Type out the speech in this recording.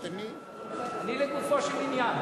אני לגופו של עניין.